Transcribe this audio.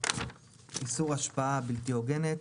46.איסור השפעה בלתי הוגנת